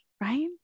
right